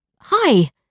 Hi